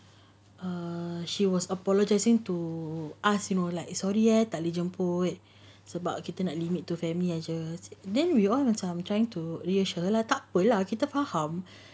(err)she was apologising to ah semua like ah sorry ya tak boleh jemput sebab kita nak limit kat family jer then we all macam trying to reassure lah tak apa lah kita faham